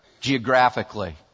geographically